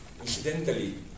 incidentally